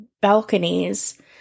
balconies